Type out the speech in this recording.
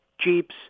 jeeps